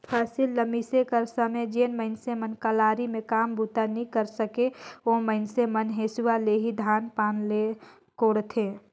फसिल ल मिसे कर समे जेन मइनसे मन कलारी मे काम बूता नी करे सके, ओ मइनसे मन हेसुवा ले ही धान पान ल कोड़थे